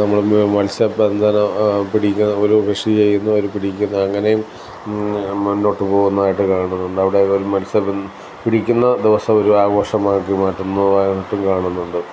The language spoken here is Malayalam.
നമ്മൾ മത്സ്യബന്ധനം പിടിക്കുന്ന അവർ കൃഷി ചെയ്യുന്നു അവർ പിടിക്കുന്നു അങ്ങനെയും മുന്നോട്ടു പോകുന്നതായിട്ട് കാണുന്നുണ്ട് അവിടെ മത്സ്യബന്ധനം പിടിക്കുന്ന ദിവസം ഒരു ആഘോഷമാക്കി മാറ്റുന്നതായിട്ടും കാണുന്നുണ്ട്